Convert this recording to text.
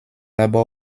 labor